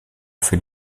für